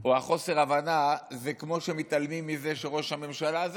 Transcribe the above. או חוסר ההבנה זה כמו שמתעלמים מזה שראש הממשלה הזה,